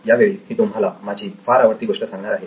यावेळी मी तुम्हाला माझी फार आवडती गोष्ट सांगणार आहे